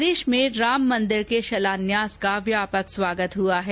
प्रदेश में राम मन्दिर के शिलान्यास का व्यापक स्वागत हुआ है